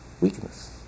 weakness